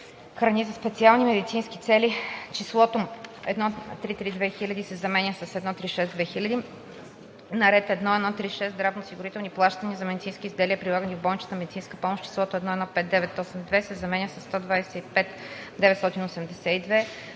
храни за специални медицински цели за…“ числото „1 332 000,0“ се заменя с „1 362 000,0“; 8. На ред 1.1.3.6 „здравноосигурителни плащания за медицински изделия, прилагани в болничната медицинска помощ“ числото „115 982,0“ се заменя с „125 982,0“;